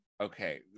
okay